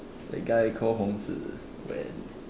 that guy call Hong-Zi when